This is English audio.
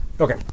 Okay